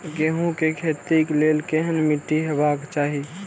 गेहूं के खेतीक लेल केहन मीट्टी हेबाक चाही?